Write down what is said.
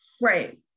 Right